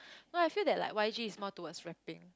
no I feel that like Y_G is more towards rapping